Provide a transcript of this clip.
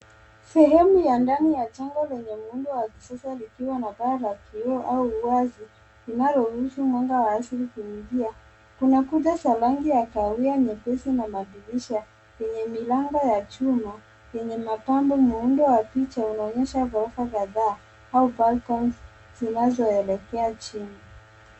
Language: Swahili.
Sehemu ya ndani ya jengo lenye muundo wa kisasa likiwa na paa la kioo au wazi linaloruhusu mwanga wa asili kuingia. Kuna kuta za rangi ya kahawia nyepesi na madirisha yenye milango ya chuma yenye mapambo. Muundo wa picha unaonyesha ghorofa kadhaa au balconies zinazoekelea chini.